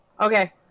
Okay